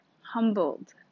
humbled